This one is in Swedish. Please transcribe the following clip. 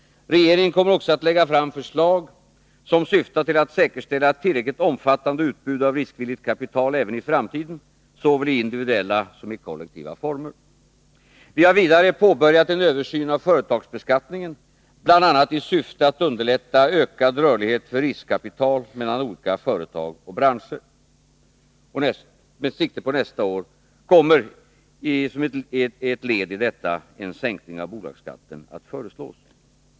Regeringen kommer också att lägga fram förslag som syftar till att säkerställa ett tillräckligt omfattande utbud av riskvilligt kapital även i framtiden, såväl i individuella som i kollektiva former. Vi har vidare påbörjat en översyn av företagsbeskattningen, bl.a. i syfte att underlätta ökad rörlighet för riskkapitalet mellan olika företag och branscher. Med sikte på nästa år kommer som ett led i detta en sänkning av bolagsskatten att föreslås.